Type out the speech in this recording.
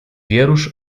wierusz